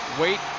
wait